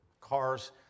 cars